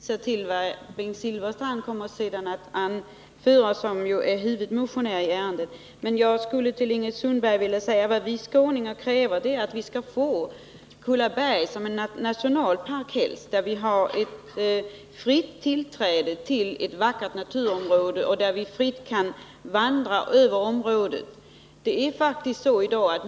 Herr talman! Jag skall bli mycket kortfattad för att begränsa debattiden. Jag vill hänvisa till vad som sades av Bengt Silfverstrand, som är huvudmotionär i ärendet. Jag vill till Ingrid Sundberg säga att vad vi skåningar helst skulle se är att få Kullaberg som nationalpark, där vi har fritt tillträde till ett vackert naturområde, som vi fritt kan vandra över.